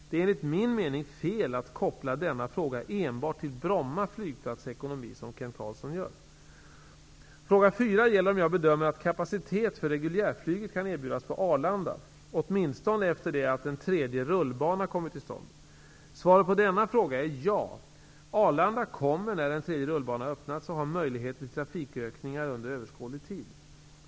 Det är enligt min mening fel att koppla denna fråga enbart till Fråga fyra gäller om jag bedömer att kapacitet för reguljärflyget kan erbjudas på Arlanda, åtminstone efter det att en tredje rullbana kommit till stånd. Svaret på denna fråga är ja. Arlanda kommer när en tredje rullbana öppnats att ha möjligheter till trafikökningar under överskådlig tid.